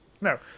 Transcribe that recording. no